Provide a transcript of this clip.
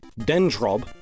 Dendrob